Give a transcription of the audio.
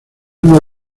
uno